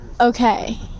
okay